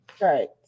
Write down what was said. Right